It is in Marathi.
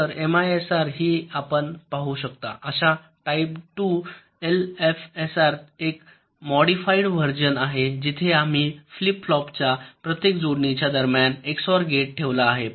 तर एमआयएसआर ही आपण पाहू शकता अशा टाईप 2 एलएफएसआरचे एक मॉडिफाइड व्हर्जन आहे जिथे आम्ही फ्लिप फ्लॉपच्या प्रत्येक जोडीच्या दरम्यान एक्सओआर गेट ठेवला आहे